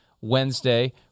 Wednesday